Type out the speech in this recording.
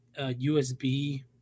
USB